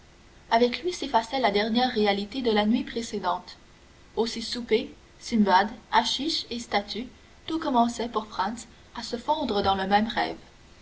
avec lui s'effaçait la dernière réalité de la nuit précédente aussi souper simbad haschich et statues tout commençait pour franz à se fondre dans le même rêve